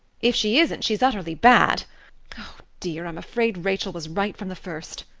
if she isn't she's utterly bad. oh dear, i'm afraid rachel was right from the first.